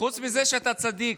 חוץ מזה שאתה צדיק,